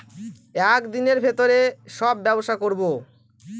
এক দিনের ভিতরে সব ব্যবসা করবো